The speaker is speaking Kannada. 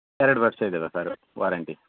ಎರಡು ವರ್ಷ ಇದ್ದಾವೆ ಸಾರು ವಾರೆಂಟಿ